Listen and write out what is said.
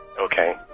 Okay